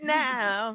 now